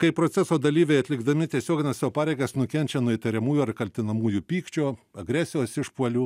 kai proceso dalyviai atlikdami tiesiogines savo pareigas nukenčia nuo įtariamųjų ar kaltinamųjų pykčio agresijos išpuolių